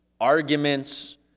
Arguments